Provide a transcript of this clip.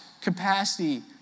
capacity